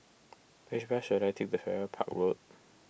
which bus should I take the Farrer Park Road